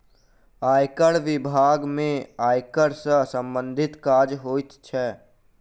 आयकर बिभाग में आयकर सॅ सम्बंधित काज होइत छै